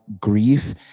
grief